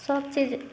सब चीज